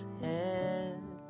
head